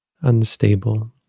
unstable